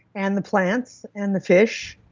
and the plants, and the fish,